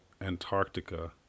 Antarctica